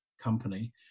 company